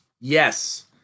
Yes